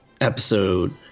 episode